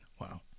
Wow